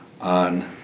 on